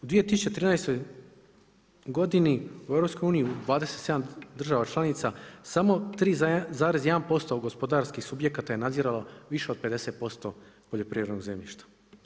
U 2013. godini u EU u 27 država članica samo 3,1% gospodarskih subjekata je nadziralo više od 50% poljoprivrednog zemljišta.